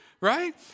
right